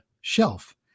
shelf